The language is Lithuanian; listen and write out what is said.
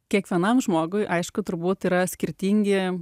kiekvienam žmogui aišku turbūt yra skirtingi